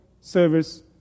service